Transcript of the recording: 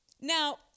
Now